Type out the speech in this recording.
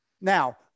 now